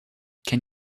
can